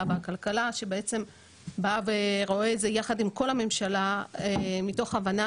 והכלכלה שבא ורואה את זה יחד עם כל הממשלה מתוך הבנה